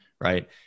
right